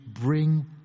bring